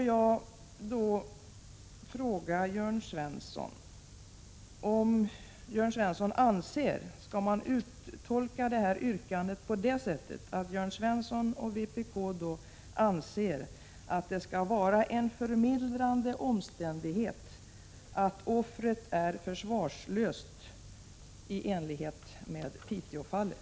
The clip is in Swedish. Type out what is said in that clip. Jag vill fråga Jörn Svensson om man skall tolka det särskilda yrkandet så att Jörn Svensson och vpk anser att det skall vara en förmildrande omständighet att offret är försvarslöst, som förhållandet var i Piteåfallet.